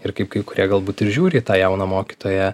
ir kaip kai kurie galbūt ir žiūri į tą jauną mokytoją